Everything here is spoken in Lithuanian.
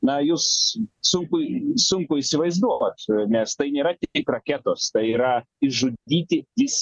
na jus sunku sunku įsivaizduot nes tai nėra tik raketos tai yra išžudyti visi